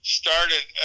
started